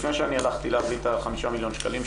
לפני שאני הלכתי להביא את החמישה מיליון שקלים,